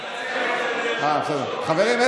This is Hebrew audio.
חברים.